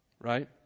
right